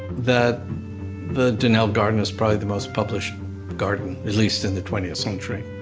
the the donnell garden is probably the most published garden, at least in the twentieth century.